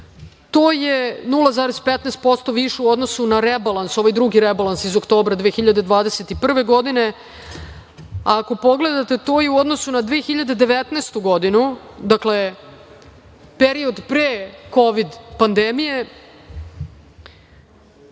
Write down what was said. To je 0,15% više u odnosu na ovaj drugi rebalans iz oktobra 2021. godine. Ako pogledate, to je u odnosu na 2019. godinu, dakle, period pre Kovid pandemije,